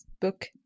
book